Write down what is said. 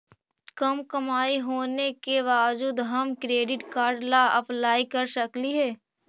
कम कमाई होने के बाबजूद हम क्रेडिट कार्ड ला अप्लाई कर सकली हे?